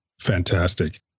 Fantastic